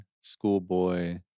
Schoolboy